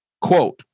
Quote